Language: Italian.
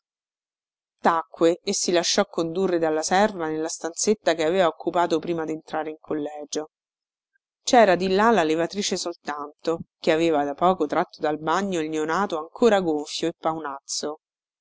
tacque e si lasciò condurre dalla serva nella stanzetta che aveva occupato prima dentrare in collegio cera di là la levatrice soltanto che aveva da poco tratto dal bagno il neonato ancora gonfio e paonazzo